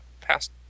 past